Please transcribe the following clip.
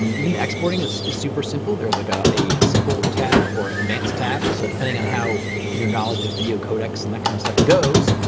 um even exporting is super simple there's like a a simple tab or an advanced tab so depending on how your knowledge of video codecs and that kind of stuff goes,